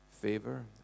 favor